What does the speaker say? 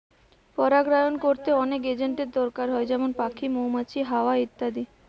পরাগায়ন কোরতে অনেক এজেন্টের দোরকার হয় যেমন পাখি, মৌমাছি, হাওয়া ইত্যাদি